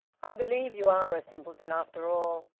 i believe you are a simpleton after all!